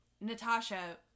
Natasha